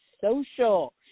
social